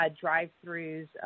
drive-throughs